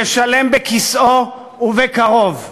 ישלם בכיסאו, ובקרוב.